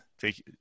take